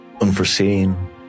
unforeseen